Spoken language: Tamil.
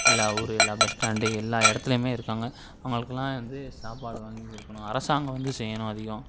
எல்லா ஊர் எல்லா பஸ்ஸ்டாண்டு எல்லா இடத்துலையுமே இருக்காங்க அவங்களுக்குலாம் வந்து சாப்பாடு வாங்கிக் கொடுக்கணும் அரசாங்கம் வந்து செய்யணும் அதையும்